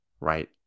right